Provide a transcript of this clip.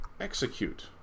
execute